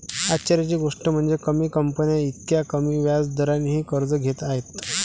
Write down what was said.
आश्चर्याची गोष्ट म्हणजे, कमी कंपन्या इतक्या कमी व्याज दरानेही कर्ज घेत आहेत